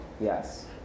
Yes